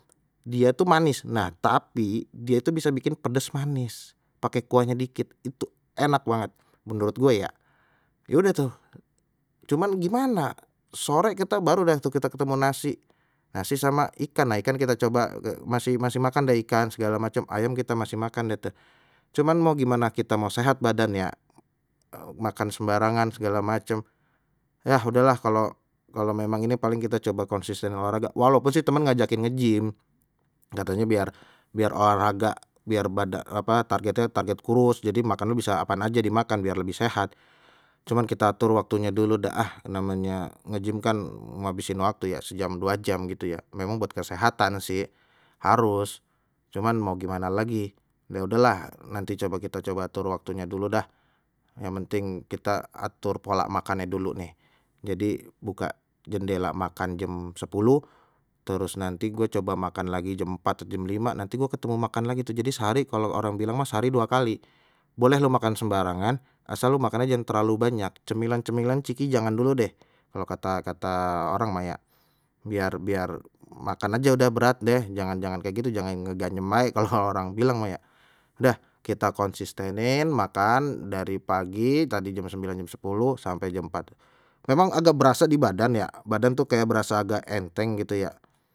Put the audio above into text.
Dia tuh manis nah tapi dia itu bisa bikin pedas manis, pakai kuahnya dikit itu enak banget menurut gue ya. Ya udah tuh cuman gimana sore kita baru deh tuh kita ketemu nasi, nasi sama ikan nah ikan kita coba masih masih makan deh ikan segala macem, ayam kita masih makandeh tu cuman mau gimana kita mau sehat badannya, makan sembarangan segala macam yah udahlah kalau kalau memang ini paling kita coba konsisten olahraga. Walapun sih temen ngajakin ngegym katanya biar biar olahraga, biar badan apa target target kurus jadi makannya bisa apaan aje dimakan biar lebih sehat. Cuman kita atur waktunya dulu da ah namanya ngegymkan ngahabisin waktu ya sejam dua jam gitu ya, memang buat kesehatan sih harus cuman mau gimana lagi, ya udahlah nanti coba kita coba atur waktunya dulu dah yang penting kita atur pola makannya dulu nih. Jadi buka jendela makan jam sepuluh terus nanti gua coba makan lagi jam empst jam lima nanti gua ketemu makan lagi tuh, jadi sehari kalau orang bilang mah sehari dua kali, boleh lu makan sembarangan asal lu makannya jangan terlalu banyak, cemilan-cemilan jangan dulu deh, kalau kata-kata orang mah ya biar biar makan aja udah berat deh jangan-jangan kayak gitu jangan ngegayem bae kalau orang bilang mah ya, udah kita konsistenin makan dari pagi tadi jam sembilan jam sepuluh, sampai jam empat memang agak berasa di badan ya badan tuh kayak berasa agak enteng gitu ya.